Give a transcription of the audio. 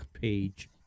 page